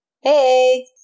Hey